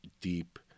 deep